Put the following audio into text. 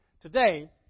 today